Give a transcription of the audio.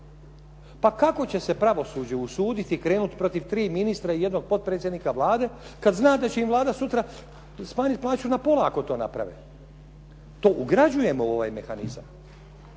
Pa kako će se pravosuđe usuditi krenuti protiv 3 ministra i jednog potpredsjednika Vlade kad zna da će im Vlada sutra smanjiti plaću na pola ako to naprave? To ugrađujemo u ovaj mehanizam.